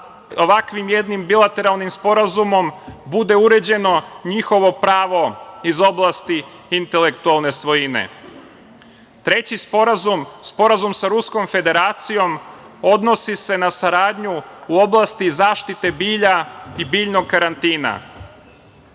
ovakvim jednim bilateralnim sporazumom bude uređeno njihovo pravo iz oblasti intelektualne svojine. Treći sporazum, sporazum sa Ruskom Federacijom odnosi se na saradnju u oblasti zaštite bilja i biljnog karantina.